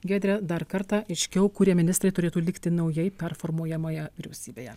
giedre dar kartą aiškiau kurie ministrai turėtų likti naujai performuojamoje vyriausybėje